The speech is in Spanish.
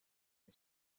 que